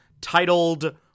titled